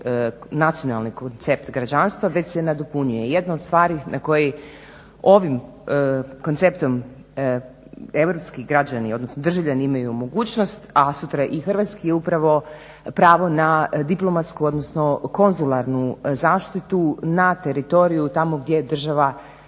nacionalni koncept građanstva već se nadopunjuje. Jedna od stvari na koji ovim konceptom europski građani, odnosno državljani imaju mogućnost a sutra i hrvatski upravo pravo na diplomatsku odnosno konzularnu zaštitu na teritoriju tamo gdje država,